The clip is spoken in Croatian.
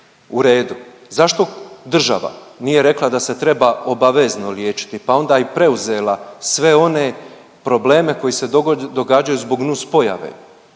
u redu. Zašto država nije rekla da se treba obavezno liječiti pa onda i preuzela sve one probleme koji se događaju zbog nuspojave?